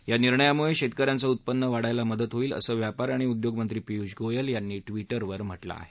या निर्णयामुळे शेतक यांचं उत्पन्न वाढण्यास मदत होईल असं व्यापार आणि उद्योगमंत्री पियुष गोयल यांनी ट्विटरवर म्हटलं आहे